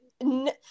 No